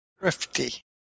thrifty